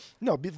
no